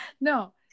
No